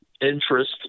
interest